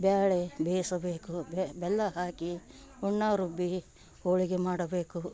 ಬೇಳೆ ಬೇಯಿಸಬೇಕು ಬೆಲ್ಲ ಹಾಕಿ ಹುಣ್ಣ ರುಬ್ಬಿ ಹೋಳಿಗೆ ಮಾಡಬೇಕು